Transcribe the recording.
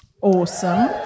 Awesome